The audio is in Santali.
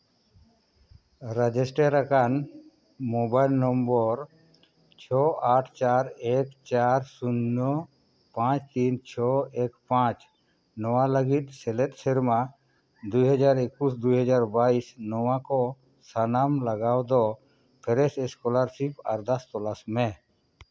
ᱨᱮᱡᱤᱥᱴᱟᱨ ᱟᱠᱟᱱ ᱢᱳᱵᱟᱭᱤᱞ ᱱᱚᱢᱵᱚᱨ ᱪᱷᱚ ᱟᱴ ᱪᱟᱨ ᱮᱠ ᱪᱟᱨ ᱥᱩᱱᱱᱚ ᱯᱟᱸᱪ ᱛᱤᱱ ᱪᱷᱚ ᱮᱠ ᱯᱟᱸᱪ ᱱᱚᱣᱟ ᱞᱟᱹᱜᱤᱫ ᱥᱮᱞᱮᱫ ᱥᱮᱨᱢᱟ ᱫᱩᱭ ᱦᱟᱡᱟᱨ ᱮᱠᱩᱥ ᱫᱩᱭ ᱦᱟᱡᱟᱨ ᱵᱟᱭᱤᱥ ᱱᱚᱣᱟ ᱠᱚ ᱥᱟᱱᱟᱢ ᱞᱟᱜᱟᱣ ᱫᱚ ᱯᱷᱨᱮᱥ ᱥᱠᱚᱞᱟᱨᱥᱤᱯ ᱟᱨᱫᱟᱥ ᱛᱚᱞᱟᱥ ᱢᱮ